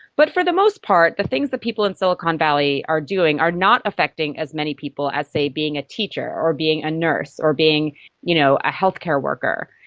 but for the most part, the things that people in silicon valley are doing are not affecting as many people as, say, being a teacher being a nurse or being you know a healthcare worker.